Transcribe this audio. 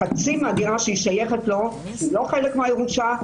חצי מהדירה ששייכת לו היא לא חלק מהירושה,